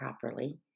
properly